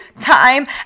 time